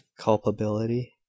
culpability